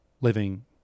living